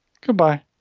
Goodbye